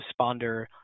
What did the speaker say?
responder